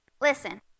Listen